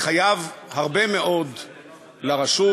אני חייב הרבה מאוד לרשות,